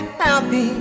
happy